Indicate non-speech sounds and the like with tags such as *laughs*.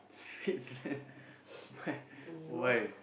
Switzerland *laughs* why why